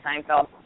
Seinfeld